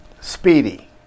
Speedy